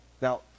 Now